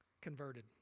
converted